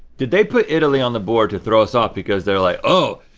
did they put italy on the board to throw us off because they're like oh,